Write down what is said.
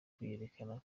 kwiyerekana